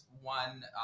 one